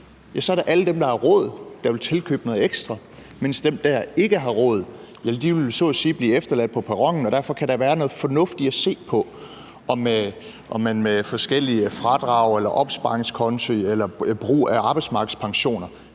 er det alle dem, der har råd, der vil tilkøbe noget ekstra, mens dem, der ikke har råd, så at sige vil blive efterladt på perronen, og derfor kan der være noget fornuft i at se på, om man med forskellige fradrag eller opsparingskonti eller brug af arbejdsmarkedspensioner